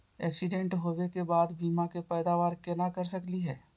Accident होवे के बाद बीमा के पैदावार केना कर सकली हे?